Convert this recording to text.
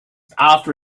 after